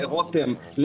לרותם,